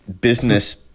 business